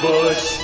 Bush